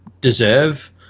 deserve